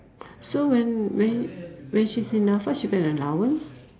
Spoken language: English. so when when when she's in Nafa she get an allowance